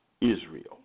Israel